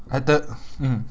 I the mmhmm